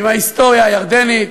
עם ההיסטוריה הירדנית,